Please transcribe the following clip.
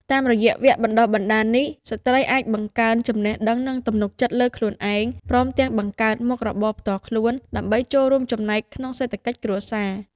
តាមរយៈវគ្គបណ្ដុះបណ្ដាលនេះ ស្ត្រីអាចបង្កើនចំណេះដឹង និងទំនុកចិត្តលើខ្លួនឯង ព្រមទាំងបង្កើតមុខរបរផ្ទាល់ខ្លួន ដើម្បីចូលរួមចំណែកក្នុងសេដ្ឋកិច្ចគ្រួសារ។